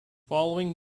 following